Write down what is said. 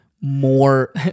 More